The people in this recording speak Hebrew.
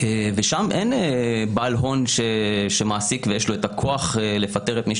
ושם אין בעל הון שמעסיק ויש לו את הכוח לפטר את מי